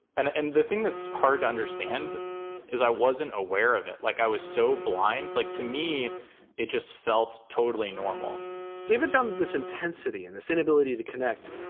and and the thing that's hard to understand is i wasn't aware of it. like, i was so blind, like to me it just felt totally normal david found this intensity and this inability to connect.